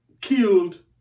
killed